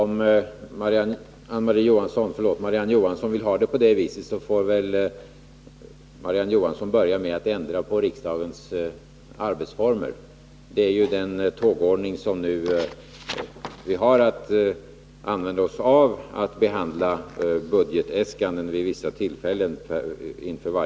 Herr talman! Om Marie-Ann Johansson vill ha det på det viset, får väl Marie-Ann Johansson börja med att ändra på riksdagens arbetsformer. Vi har ju den ordningen att vi inför varje budgetår behandlar budgetäskanden vid bestämda tillfällen.